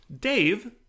Dave